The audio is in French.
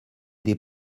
des